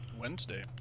Wednesday